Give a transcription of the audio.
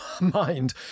mind